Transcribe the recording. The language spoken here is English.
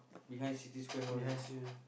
behind City-Square-mall only